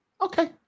Okay